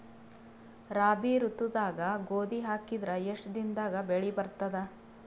ರಾಬಿ ಋತುದಾಗ ಗೋಧಿ ಹಾಕಿದರ ಎಷ್ಟ ದಿನದಾಗ ಬೆಳಿ ಬರತದ?